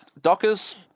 Dockers